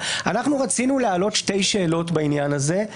אנחנו רצינו להעלות שתי שאלות בעניין הזה,